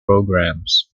programs